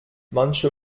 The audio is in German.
manche